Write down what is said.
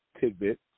tidbit